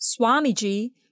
Swamiji